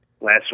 Last